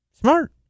smart